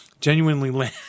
genuinely